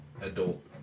adult